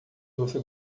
você